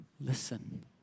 listen